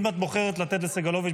אם את בוחרת לתת לסגלוביץ',